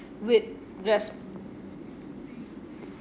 with res~